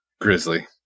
Grizzly